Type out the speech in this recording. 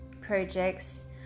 projects